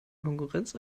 konkurrenz